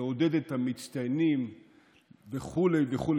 מעודדת את המצטיינים וכו' וכו',